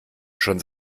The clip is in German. schon